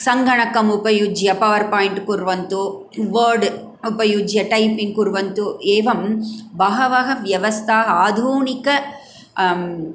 सङ्घणकम् उपयुज्य पावर्पाय्ण्ट् कुर्वन्तु वर्ड् उपयुज्य टैपिङ्ग् कुर्वन्तु एवं बहवः व्यवस्थाः आधुनिक